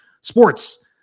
sports